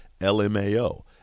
LMAO